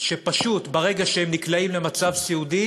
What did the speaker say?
שפשוט ברגע שהם נקלעים למצב סיעודי